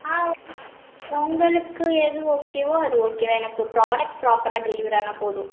ஆ உங்களுக்கு எது ஒகேவோ அது ஓகே தான் எனக்கு ப்ராடெக்ட் ப்ராப்பராக டெலிவரி ஆனால் போதும்